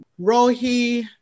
Rohi